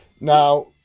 Now